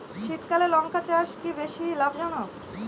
শীতকালে লঙ্কা চাষ কি বেশী লাভজনক?